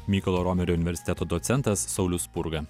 mykolo romerio universiteto docentas saulius spurga